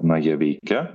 na jie veikia